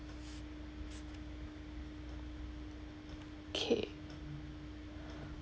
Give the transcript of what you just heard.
K